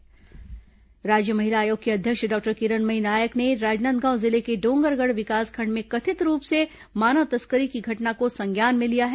राजनांदगांव मानव तस्करी राज्य महिला आयोग की अध्यक्ष डॉक्टर किरणमयी नायक ने राजनांदगांव जिले के डोंगरगढ़ विकासखंड में कथित रूप से मानव तस्करी की घटना को संज्ञान में लिया है